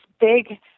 big